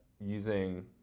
using